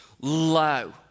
low